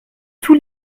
tous